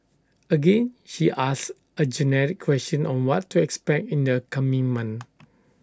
again she asks A generic question on what to expect in the coming month